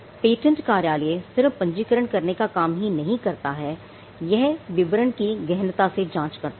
patent कार्यालय सिर्फ पंजीकरण करने का काम ही नहीं करता यह हर विवरण की गहनता से जांच करता है